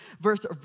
verse